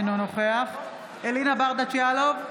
אינו נוכח אלינה ברדץ' יאלוב,